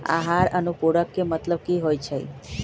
आहार अनुपूरक के मतलब की होइ छई?